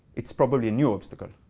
it's probably a new obstacle.